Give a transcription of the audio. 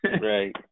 right